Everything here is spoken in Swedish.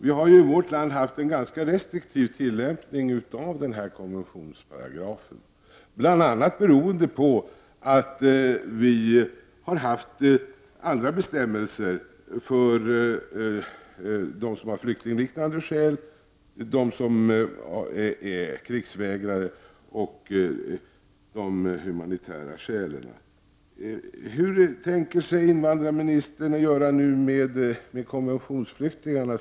Vi har i vårt land haft en ganska restriktiv tillämpning av denna paragraf i FN-konventionen bl.a. beroende på att vi har haft andra bestämmelser för dem som har flyktingliknande skäl, för dem som är krigsvägrare och för dem som kan åberopa humanitära skäl. Hur tänker sig invandrarministern göra nu med konventionsflyktingarna?